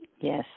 Yes